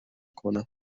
کنم